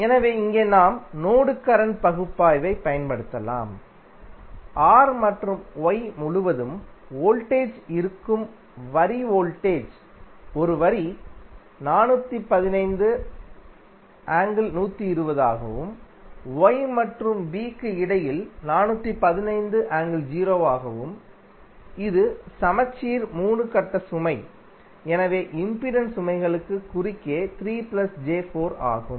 எனவே இங்கே நாம் நோடு கரண்ட் பகுப்பாய்வைப் பயன்படுத்தலாம் R மற்றும் Y முழுவதும் வோல்டேஜ் இருக்கும் வரி வோல்டேஜ் ஒரு வரி 415∠120 ஆகவும் Y மற்றும் B க்கு இடையில் 415∠0 ஆகவும் இது சமச்சீர் 3 கட்ட சுமை எனவே இம்பிடன்ஸ் சுமைகளுக்கு குறுக்கே 3 j4 ஆகும்